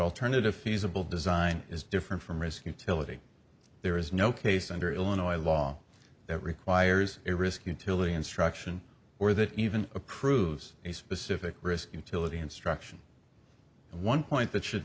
alternative feasible design is different from risk utility there is no case under illinois law that requires a risk utility instruction or that even approves a specific risk utility instruction one point that should